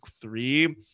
three